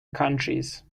countries